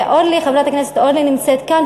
חברת הכנסת אורלי נמצאת כאן,